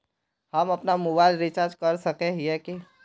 हम अपना mobile recharge कर सकय हिये की?